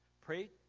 Pray